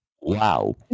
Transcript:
Wow